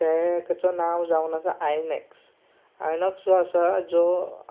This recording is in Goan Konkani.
ताचें नांव जावन आसा आयनेक्स आयनॉक्स जो आसा जो